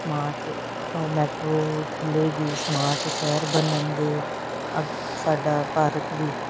smart ਓ metro ਖੁੱਲੇਗੀ smart ਸ਼ਹਿਰ ਬਨਣਗੇ ਸਾਡਾ ਭਾਰਤ ਵੀ